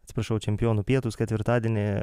atsiprašau čempionų pietūs ketvirtadienį